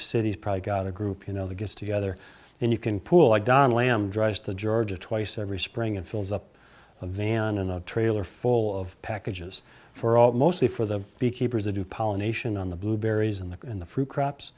city's probably got a group you know that gets together and you can pool i don lamb drives to georgia twice every spring and fills up a van in a trailer full of packages for all mostly for the beekeepers adu pollination on the blueberries in the in the fruit crops